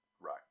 Right